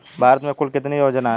भारत में कुल कितनी योजनाएं हैं?